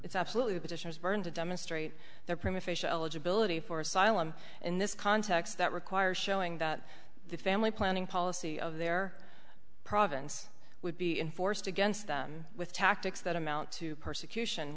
it's absolutely position is burned to demonstrate their prima facia eligibility for asylum in this context that requires showing that the family planning policy of their province would be enforced against them with tactics that amount to persecution